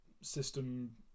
system